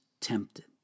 tempted